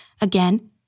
Again